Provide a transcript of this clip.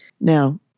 Now